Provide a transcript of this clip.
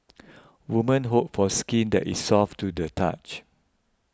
woman hope for skin that is soft to the touch